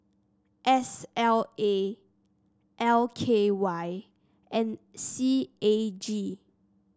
S L A L K Y and C A G